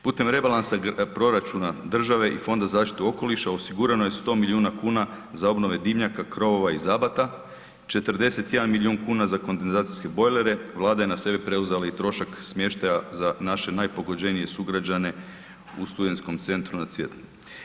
Putem rebalansa proračuna države i Fonda za zaštitu okoliša osigurano je 100 milijuna kuna za obnove dimnjaka, krovova i zabata, 41 milijun kuna za kondenzacijske bojlere, Vlada je na sebe preuzela i trošak smještaja za naše najpogođenije sugrađane u studentskom centru na Cvjetnom.